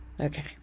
Okay